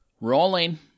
Rolling